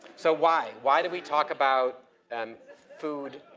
so why, why do we talk about and food,